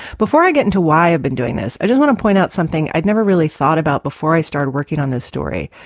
before i get into why i've been doing this. i just want to point out something i'd never really thought about before i started working on this story.